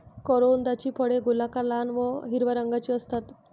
करोंदाची फळे गोलाकार, लहान व हिरव्या रंगाची असतात